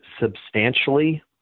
substantially